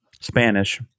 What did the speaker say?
Spanish